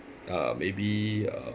uh maybe uh